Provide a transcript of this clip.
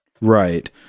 Right